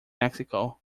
mexico